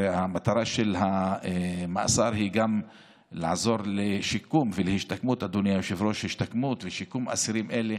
הרי המטרה של המאסר היא גם לעזור בשיקום ובהשתקמות של האסירים האלה.